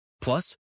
Plus